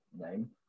name